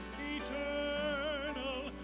eternal